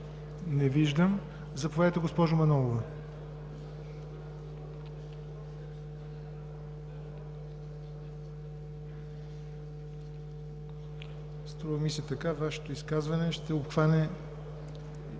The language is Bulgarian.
Не виждам. Заповядайте, госпожо Манолова. Струва ми се така – Вашето изказване ще обхване